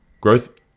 growth